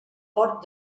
port